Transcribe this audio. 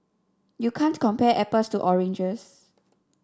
you can't compare apples to oranges